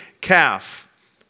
calf